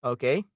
Okay